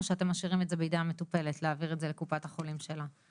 או שאתם משאירים את זה בידי המטופלת להעביר את זה לקופת החולים שלה?